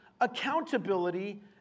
accountability